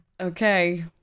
Okay